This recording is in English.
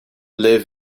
live